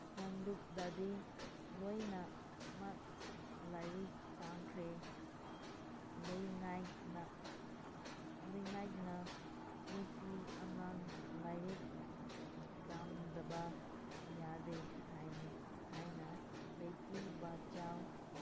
ꯀꯥꯡꯂꯨꯞꯗꯗꯤ ꯂꯣꯏꯅꯃꯛ ꯂꯥꯏꯔꯤꯛ ꯇꯝꯈ꯭ꯔꯦ ꯂꯩꯉꯥꯛꯅ ꯂꯩꯡꯉꯥꯛꯅ ꯅꯨꯄꯤ ꯑꯉꯥꯡ ꯂꯥꯏꯔꯤꯛ ꯇꯝꯗꯕ ꯌꯥꯗꯦ ꯍꯥꯏꯅ ꯍꯥꯏꯅ ꯕꯦꯇꯤ ꯕꯆꯥꯎ